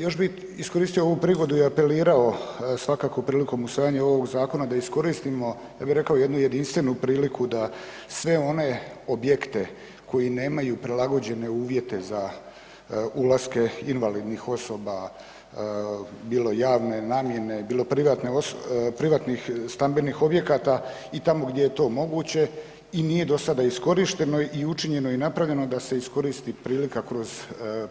Još bih iskoristio ovu prigodu i apelirao svakako prilikom usvajanja ovog zakona da iskoristimo ja bih rekao jednu jedinstvenu priliku da sve one objekte koji nemaju prilagođene uvjete za ulaske invalidnih osoba bilo javne namjene bilo privatnih stambenih objekata i tamo gdje je to moguće i nije do sada iskorišteno i učinjeno i napravljeno da se iskoristi prilika kroz